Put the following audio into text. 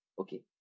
Okay